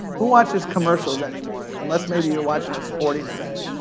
who watches commercials anymore, unless, maybe, you're watching a sporting event.